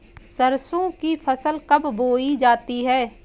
सरसों की फसल कब बोई जाती है?